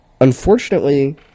Unfortunately